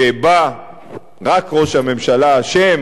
שבה רק ראש הממשלה אשם.